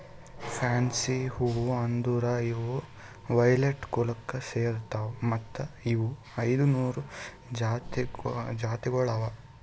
fancy ಹೂವು ಅಂದುರ್ ಇವು ವೈಲೆಟ್ ಕುಲಕ್ ಸೇರ್ತಾವ್ ಮತ್ತ ಇವು ಐದ ನೂರು ಜಾತಿಗೊಳ್ ಅವಾ